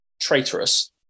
traitorous